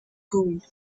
gold